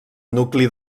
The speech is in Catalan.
nucli